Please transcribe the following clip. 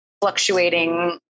fluctuating